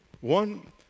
One